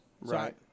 Right